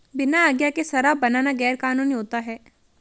बिना आज्ञा के शराब बनाना गैर कानूनी होता है